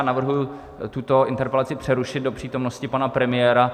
Navrhuji tuto interpelaci přerušit do přítomnosti pana premiéra.